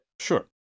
Sure